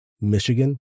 Michigan